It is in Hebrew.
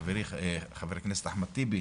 חברי, חבר הכנסת, אחמד טיבי,